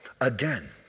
again